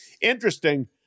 interesting